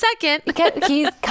second